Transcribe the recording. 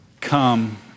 Come